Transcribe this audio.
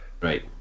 right